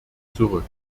zurück